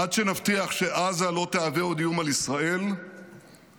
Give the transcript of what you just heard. עד שנבטיח שעזה לא תהווה עוד איום על ישראל ועד